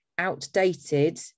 outdated